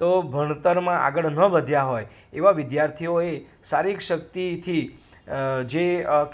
તો ભણતરમાં આગળ ન વધ્યા હોય એવા વિદ્યાર્થીઓએ શારીરિક શક્તિથી જે